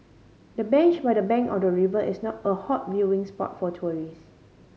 the bench by the bank of the river is not a hot viewing spot for tourist